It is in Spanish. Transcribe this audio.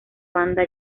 banda